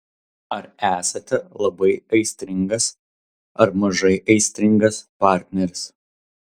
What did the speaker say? ar esate labai aistringas ar mažai aistringas partneris